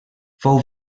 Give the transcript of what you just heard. fou